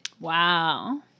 Wow